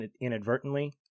inadvertently